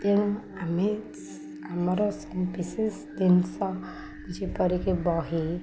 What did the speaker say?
ତେଣୁ ଆମେ ଆମର ବିଶେଷ ଜିନିଷ ଯେପରିକି ବହି